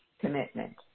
commitment